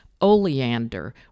Oleander